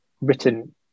written